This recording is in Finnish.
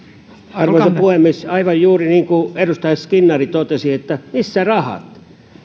arvoisa puhemies aivan juuri niin kuin edustaja skinnari totesi missä rahat